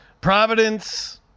Providence